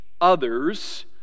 others